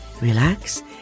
relax